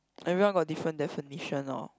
everyone got different definition lor